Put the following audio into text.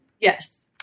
Yes